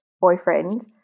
boyfriend